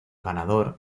ganador